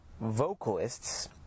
Vocalists